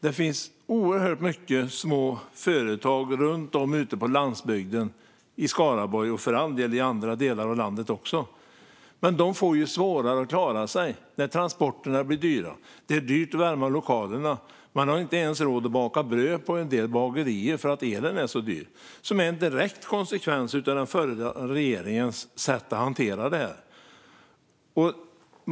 Det finns oerhört många små företag ute på landsbygden i Skaraborg, och för all del även i andra delar av landet. Men de får svårare att klara sig när transporterna blir dyra. Det är dyrt att värma lokalerna. På en del bagerier har man inte ens råd att baka bröd för att elen är så dyr. Detta är en direkt konsekvens av den förra regeringens sätt att hantera detta.